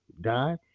die